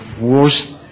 worst